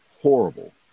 horrible